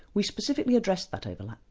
we specifically addressed that overlap.